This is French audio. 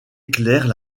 éclairent